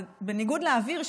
בניגוד לאוויר,